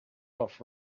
off